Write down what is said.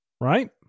right